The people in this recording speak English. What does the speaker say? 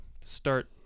start